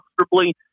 comfortably